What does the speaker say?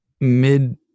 mid